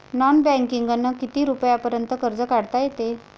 Non बँकिंगनं किती रुपयापर्यंत कर्ज काढता येते?